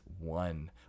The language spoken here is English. one